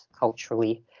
culturally